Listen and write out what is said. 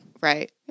Right